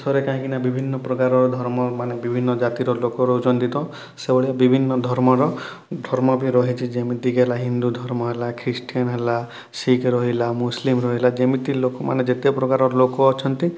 ଦେଶର କାହିଁକି ନା ବିଭିନ୍ନ ପ୍ରକାରର ଧର୍ମ ମାନେ ବିଭିନ୍ନ ଜାତିର ଲୋକ ରହୁଛନ୍ତି ତ ସେହି ଭଳିଆ ବିଭିନ୍ନ ଧର୍ମର ଧର୍ମ ବି ରହିଛି ଯେମିତି କି ହେଲା ହିନ୍ଦୁ ଧର୍ମ ହେଲା ଖ୍ରୀଷ୍ଟିୟାନ୍ ହେଲା ଶିଖ୍ ରହିଲା ମୁସଲିମ୍ ରହିଲା ଯେମିତି ଲୋକମାନେ ଯେତେ ପ୍ରକାର ଲୋକ ଅଛନ୍ତି